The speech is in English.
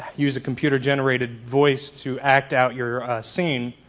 use a computer generated voice to act out your scene.